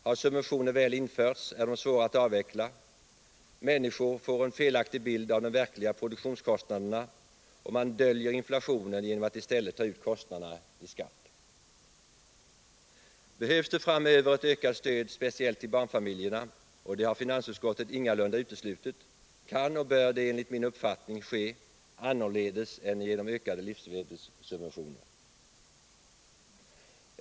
Har subventioner väl införts är de svåra att avveckla. Människor får en felaktig bild av de verkliga produktionskostnaderna, och man döljer inflationen genom att i stället ta ut kostnaderna i skatt. Behövs det framöver ett ökat stöd till speciellt barnfamiljerna, och det har finansutskottet ingalunda uteslutit, kan och bör det enligt min uppfattning ske annorledes än genom ökade livsmedelssubventioner.